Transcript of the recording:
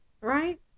right